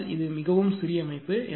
ஆனால் இது மிகவும் சிறிய அமைப்பு